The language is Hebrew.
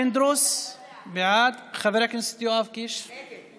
חבר הכנסת פינדרוס, בעד, חבר הכנסת יואב קיש, נגד.